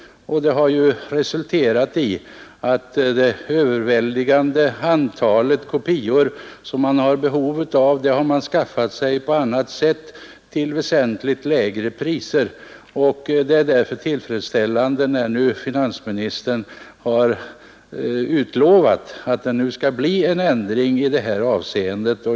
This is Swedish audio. De har skaffat sig det överväldigande antalet av de kopior, som de har behov av, på andra vägar och till väsentligt lägre priser. Det är därför tillfredsställande när nu finansministern har utlovat att det skall bli en ändring i detta avseende.